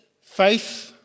faith